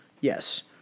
Yes